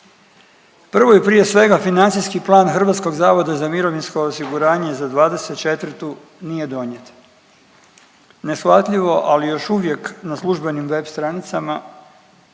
Prvo i prije svega, financijski plan HZMO-a za '24. nije donijet. Neshvatljivo, ali još uvijek na službenim web stranicama